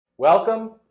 Welcome